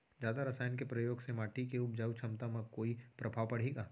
जादा रसायन के प्रयोग से माटी के उपजाऊ क्षमता म कोई प्रभाव पड़ही का?